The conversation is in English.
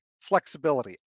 flexibility